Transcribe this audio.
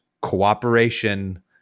cooperation